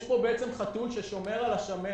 יש פה חתול ששומר על השמנת,